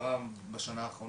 קרה בשנה האחרונה?